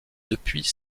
depuis